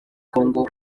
kongo